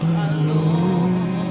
alone